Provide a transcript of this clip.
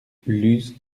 luz